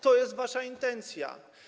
To jest wasza intencja.